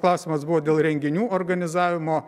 klausimas buvo dėl renginių organizavimo